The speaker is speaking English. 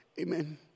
Amen